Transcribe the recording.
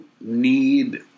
need